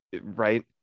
right